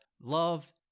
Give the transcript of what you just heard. love